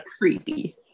Creepy